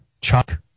Chuck